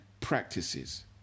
practices